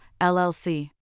LLC